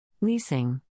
leasing